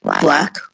black